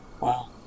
Wow